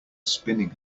spinning